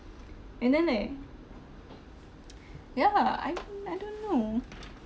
and then eh yeah I I don't know